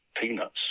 peanuts